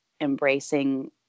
embracing